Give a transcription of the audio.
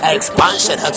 Expansion